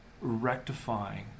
rectifying